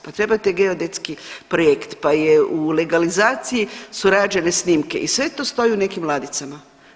Pa trebate geodetski projekt, pa je u legalizaciji su rađene snimke i sve to stoji u nekim ladicama.